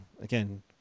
again